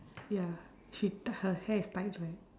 ya she her hair is tied right